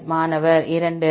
மாணவர் 2